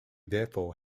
therefore